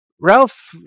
Ralph